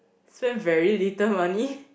spend very little money